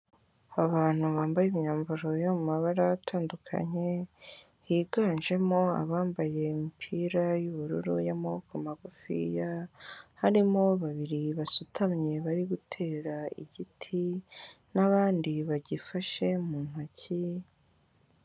Abantu bambaye imyambaro yo mu mabara atandukanye, higanjemo abambaye imipira y'ubururu y'amaboko magufiya, harimo babiri basutamye bari gutera igiti, n'abandi bagifashe mu ntoki...